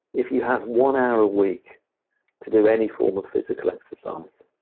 if you have one hour a week to do any form of physical exercise,